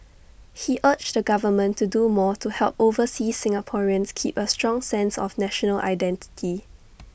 he urged the government to do more to help overseas Singaporeans keep A strong sense of national identity